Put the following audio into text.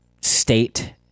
state